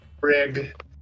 rig